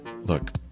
Look